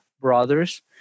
brothers